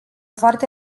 foarte